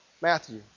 Matthew